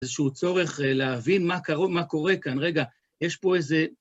איזשהו צורך להבין מה קורה כאן. רגע, יש פה איזה...